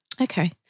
Okay